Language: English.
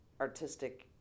artistic